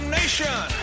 nation